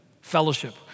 fellowship